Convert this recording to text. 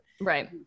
right